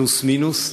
פלוס-מינוס,